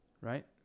Right